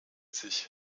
sich